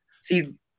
see